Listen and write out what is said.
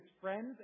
friends